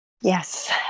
Yes